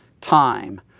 time